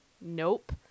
Nope